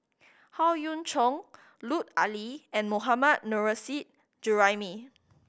Howe Yoon Chong Lut Ali and Mohammad Nurrasyid Juraimi